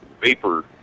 vapor